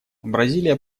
бразилия